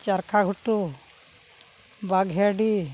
ᱪᱟᱨᱠᱷᱟ ᱜᱷᱩᱴᱩ ᱵᱟᱜᱷᱮᱰᱤ